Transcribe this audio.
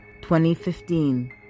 2015